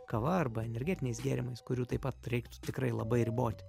kava arba energetiniais gėrimais kurių taip pat reiktų tikrai labai riboti